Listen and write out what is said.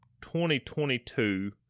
2022